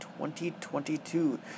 2022